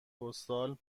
پستال